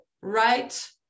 right